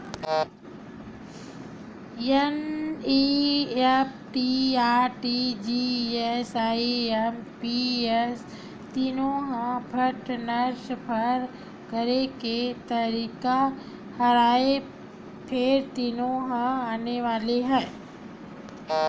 NEFT, RTGS, IMPS तीनो ह fund transfer करे के तरीका हरय फेर तीनो ह आने आने हे